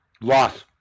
Loss